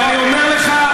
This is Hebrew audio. ואני אומר לך,